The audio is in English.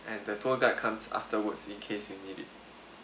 and the tour guide comes afterwards in case you need it